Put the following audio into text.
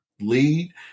lead